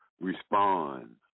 respond